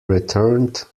returned